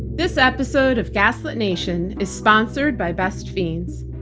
this episode of gaslit nation is sponsored by best fiends.